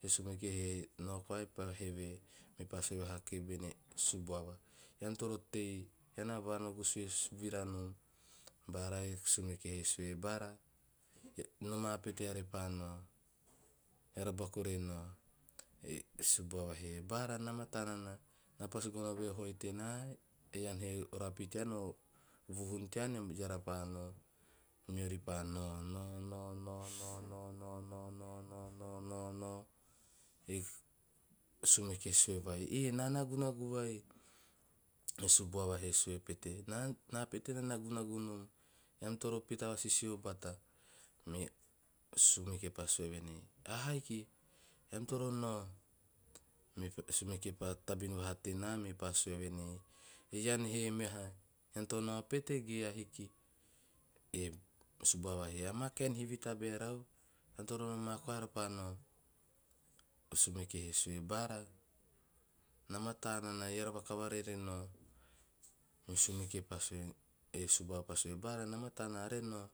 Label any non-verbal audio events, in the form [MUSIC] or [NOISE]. E sumeke he nao koa me paa heve, mepa sue vaha ki bene subuava "ean toro tei ean na va nagu sue vira nom." Bara e sumuke he sue, "noma pete eara pa nao - eara buaka re nao." E subuava he "bara na mataa nana, na pasi gono ve o hoi tena ean he o rapi tean o vuhuun tean eara pa nao." Moeri pa nao nao nao nao nao nao nao nao nao. E sumeke he sue vai "eh na nagunagu vai" e subuava he sue pete "na pete na nagunagu nom, eam toro pita vasisio bata. Me sumeke pa sue venei, "ahaiki eam toro nao." E sumeke pa tabin vaha tena me paa sue venei "ean he meha, ean to nao pete ge ahiki?" E subuava he "ama kaen hivi tabae rau ean toro noma koa eara pa nao." E subuava he sue "bara na mataa nana eara vakavara re nao." Me sumeke pa sue [HESITATION] e subuava pa sue "bara na mataa nana are nao."